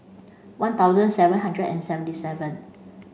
one thousand seven hundred and seventy seven